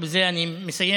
ובזה אני מסיים,